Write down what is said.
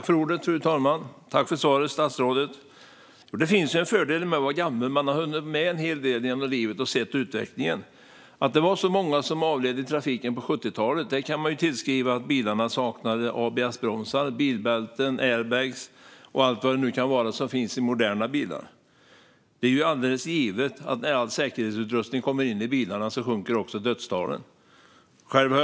Fru talman! Tack, statsrådet, för svaret! Det finns ju en fördel med att vara gammal. Man har hunnit med en hel del genom livet och har sett utvecklingen. Att det var så många som avled i trafiken på 1970-talet kan man tillskriva att bilarna saknade ABS-bromsar, bilbälten, airbags och allt vad det nu kan vara som finns i moderna bilar. Med modern säkerhetsutrustning i bilarna är det givet att dödstalen också sjunker.